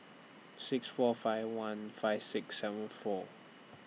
six four five one five six seven four